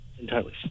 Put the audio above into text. entirely